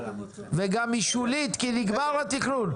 וגם היא שולית, כי נגמר התכנון.